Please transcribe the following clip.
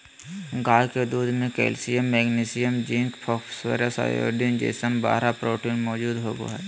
गाय के दूध में calcium, magnesium, zinc, phosphorus, iodine जैसन बारह प्रोटीन मौजूद होबा हइ